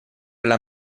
las